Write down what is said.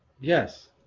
Yes